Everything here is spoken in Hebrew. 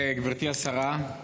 גברתי השרה,